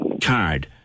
card